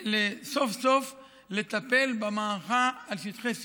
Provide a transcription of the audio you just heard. סוף-סוף לטפל במערכה על שטחי C,